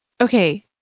Okay